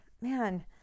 man